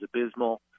abysmal